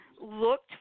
looked